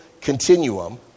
continuum